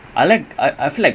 okay lah